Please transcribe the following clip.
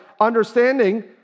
understanding